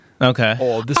Okay